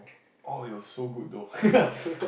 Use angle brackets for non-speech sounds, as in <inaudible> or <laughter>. oh it was so good though <laughs>